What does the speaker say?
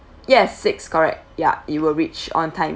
yes six correct ya it will reach on time